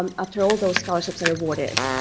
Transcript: um after all those scholarships are awarded.